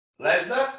Lesnar